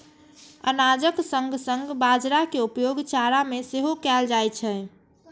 अनाजक संग संग बाजारा के उपयोग चारा मे सेहो कैल जाइ छै